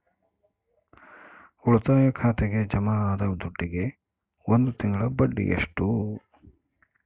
ಉಳಿತಾಯ ಖಾತೆಗೆ ಜಮಾ ಆದ ದುಡ್ಡಿಗೆ ಒಂದು ತಿಂಗಳ ಬಡ್ಡಿ ಎಷ್ಟು?